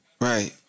Right